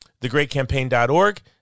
thegreatcampaign.org